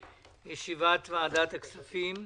בוקר טוב, אני מתכבד לפתוח את ישיבת ועדת הכספים.